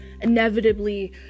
inevitably